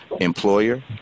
employer